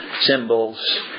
symbols